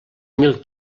mil